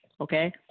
okay